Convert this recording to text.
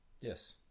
Yes